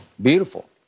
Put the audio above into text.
Beautiful